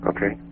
Okay